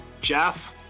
Jeff